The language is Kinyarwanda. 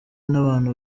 n’abantu